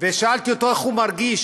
ושאלתי אותו איך הוא מרגיש,